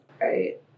Right